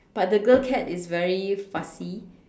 but the girl cat is very fussy